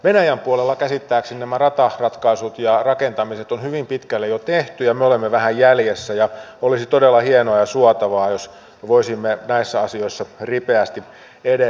venäjän puolella käsittääkseni nämä rataratkaisut ja rakentamiset on hyvin pitkälle jo tehty ja me olemme vähän jäljessä ja olisi todella hienoa ja suotavaa jos voisimme näissä asioissa ripeästi edetä